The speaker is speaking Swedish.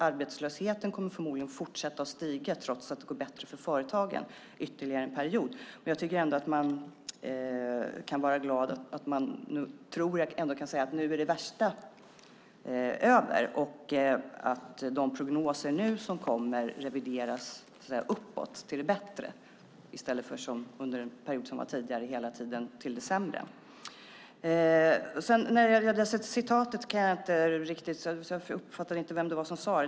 Arbetslösheten kommer förmodligen att fortsätta att stiga ytterligare en period, trots att det går bättre för företagen. Jag tycker ändå att man kan säga att det värsta nu är över. De prognoser som kommer nu revideras uppåt, till det bättre, i stället för som förut till det sämre. När det gäller citatet uppfattade jag inte vem som har sagt det.